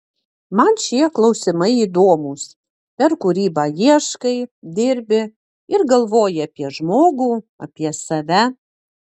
man šie klausimai įdomūs per kūrybą ieškai dirbi ir galvoji apie žmogų apie save